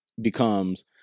becomes